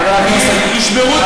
ישברו,